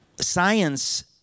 science